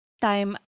time